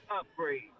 upgrade